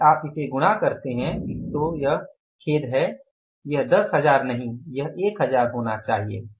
यदि आप इसे गुणा करते हैं तो यह खेद है यह 10000 नहीं है यह 1000 होना चाहिए